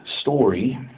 story